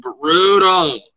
brutal